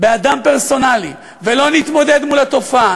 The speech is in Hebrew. באדם פרסונלי ולא נתמודד מול התופעה,